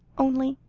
only